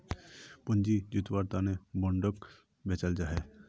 पूँजी जुत्वार तने बोंडोक बेचाल जाहा